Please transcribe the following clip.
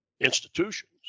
institutions